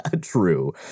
True